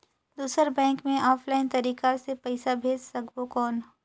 दुसर बैंक मे ऑफलाइन तरीका से पइसा भेज सकबो कौन?